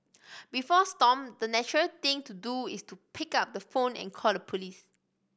before Stomp the natural thing to do is to pick up the phone and call the police